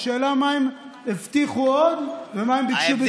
השאלה היא מה הם הבטיחו עוד ומה הם ביקשו בתמורה,